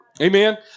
Amen